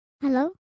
Hello